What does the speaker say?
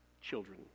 children